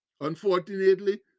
Unfortunately